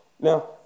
Now